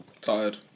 Tired